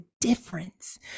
difference